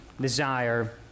desire